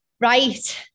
right